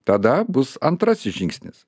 tada bus antrasis žingsnis